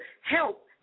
help